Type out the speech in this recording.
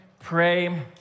pray